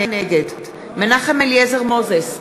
נגד מנחם אליעזר מוזס,